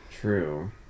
True